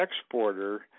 exporter